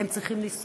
הם צריכים לזכור